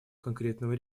конкретного